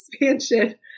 Expansion